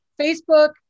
Facebook